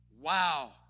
Wow